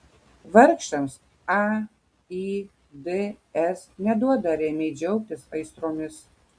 vargšams aids neduoda ramiai džiaugtis aistromis